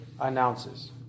announces